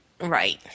Right